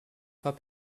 pas